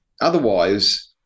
otherwise